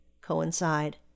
coincide